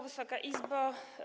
Wysoka Izbo!